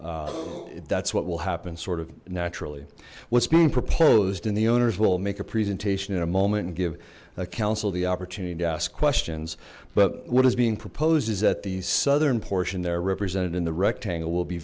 move that's what will happen sort of naturally what's being proposed in the owners will make a presentation in a moment give the council the opportunity to ask questions but what is being proposed is that the southern portion they're represented in the rectangle will be